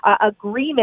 agreement